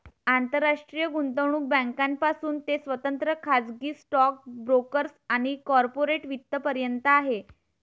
आंतरराष्ट्रीय गुंतवणूक बँकांपासून ते स्वतंत्र खाजगी स्टॉक ब्रोकर्स आणि कॉर्पोरेट वित्त पर्यंत आहे